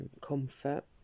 comfort